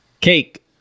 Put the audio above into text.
Cake